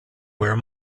where